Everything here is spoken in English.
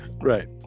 Right